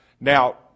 Now